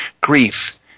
grief